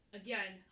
again